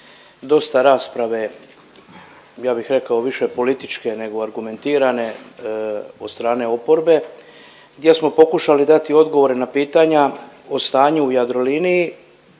dosta rasprave ja bih rekao više političke nego argumentirane od strane oporbe gdje smo pokušali dati odgovore na pitanja o stanju u Jadroliniji,